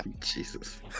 Jesus